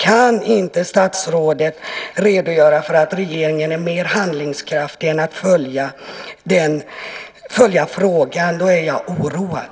Kan inte statsrådet redogöra för att regeringen är mer handlingskraftig än att följa frågan, då är jag oroad.